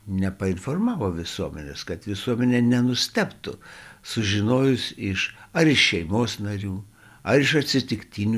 nepainformavo visuomenės kad visuomenė nenustebtų sužinojus iš ar iš šeimos narių ar iš atsitiktinių